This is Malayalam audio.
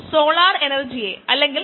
നമ്മൾ കുറച്ചുകൂടി ഇത് തുടരും